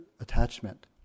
attachment